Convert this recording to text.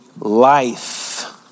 life